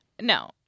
No